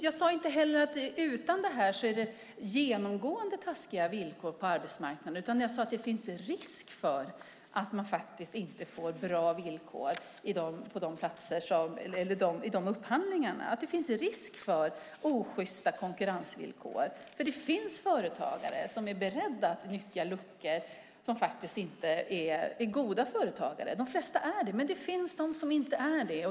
Jag sade inte heller att det utan detta regelverk är genomgående taskiga villkor på arbetsmarknaden. Jag sade att det finns risk för att det inte blir bra villkor i upphandlingarna, att det finns risk för osjysta konkurrensvillkor. Det finns företagare som är beredda att nyttja luckor - som inte är goda företagare. De flesta är goda företagare, men det finns de som inte är det.